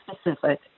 specific